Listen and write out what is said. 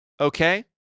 okay